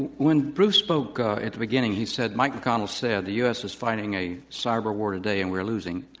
and when bruce spoke at the beginning, he said, mike mcconnell said the u. s. is fighting a cyber war today, and we are losing.